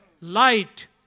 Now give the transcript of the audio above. Light